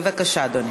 בבקשה, אדוני.